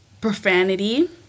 profanity